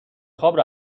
خواب